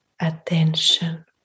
attention